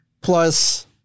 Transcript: plus